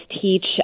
teach